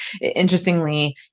interestingly